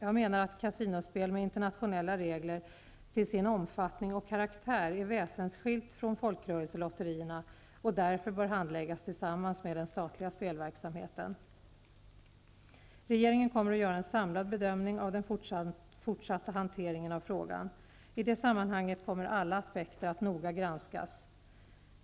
Jag menar att kasinospel med internationella regler till sin omfattning och karaktär är väsensskilt från folkrörelselotterierna och därför bör handläggas tillsammans med den statliga spelverksamheten. Regeringen kommer att göra en samlad bedömning av den fortsatta hanteringen av frågan. I det sammanhanget kommer alla aspekter att noga granskas.